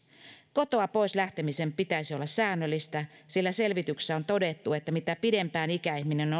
kotoa pois lähtemisen pitäisi olla säännöllistä sillä selvityksessä on todettu että mitä pidempään ikäihminen